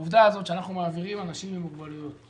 העובדה הזאת שאנחנו מעבירים אנשים עם מוגבלויות,